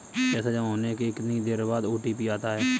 पैसा जमा होने के कितनी देर बाद ओ.टी.पी आता है?